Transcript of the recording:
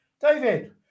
David